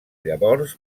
llavors